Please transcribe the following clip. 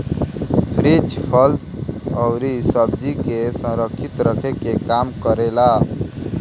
fridge फल अउरी सब्जी के संरक्षित रखे के काम करेला